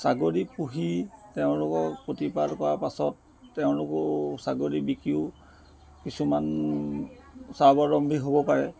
ছাগলী পুহি তেওঁলোকক প্ৰতিপাল কৰাৰ পাছত তেওঁলোকো ছাগলী বিকিও কিছুমান স্বাৱলম্বী হ'ব পাৰে